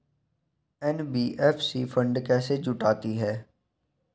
NBFC fund कैसे जुटाती है?